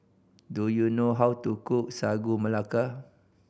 do you know how to cook Sagu Melaka